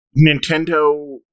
Nintendo